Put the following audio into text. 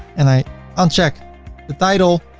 and i uncheck the title.